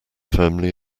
firmly